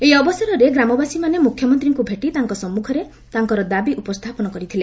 ଏହି ଅବସରରେ ଗ୍ରାମବାସୀମାନେ ମୁଖ୍ୟମନ୍ତ୍ରୀଙ୍କୁ ଭେଟି ତାଙ୍କ ସମ୍ମଖରେ ତାଙ୍କର ଦାବି ଉପସ୍ଥାପନ କରିଥିଲେ